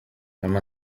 wema